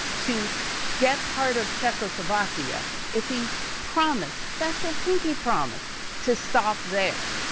to get part of czechoslovakia if he promised, special pinky promise to stop there.